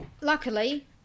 Luckily